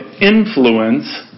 influence